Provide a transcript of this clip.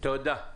תודה.